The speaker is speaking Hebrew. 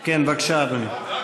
בבקשה, אדוני.